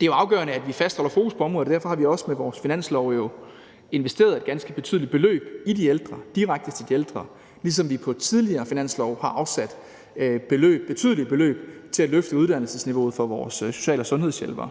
det er afgørende, at vi fastholder et fokus på området, og derfor har vi jo også med vores finanslov investeret ganske betydelige beløb i de ældre, direkte til de ældre, ligesom vi på tidligere finanslove har afsat betydelige beløb til at løfte uddannelsesniveauet for vores social- og sundhedshjælpere.